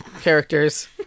characters